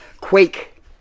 quake